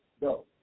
go